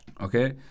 okay